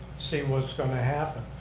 see what's going to happen.